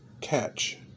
Catch